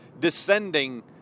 descending